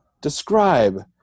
describe